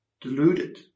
deluded